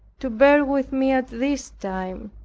to bear with me at this time,